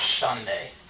Sunday